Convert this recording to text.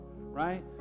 right